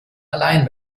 allein